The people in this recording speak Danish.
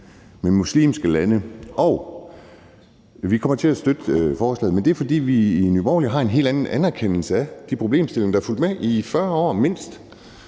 til muslimske lande. Vi kommer til at støtte forslaget, men det er, fordi vi i Nye Borgerlige har en helt anden anerkendelse af de problemstillinger, der er fulgt med. I 40 år, mindst,